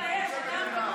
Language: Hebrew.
בושה וחרפה שאתה יושב כאן.